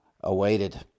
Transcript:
awaited